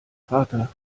vater